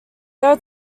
are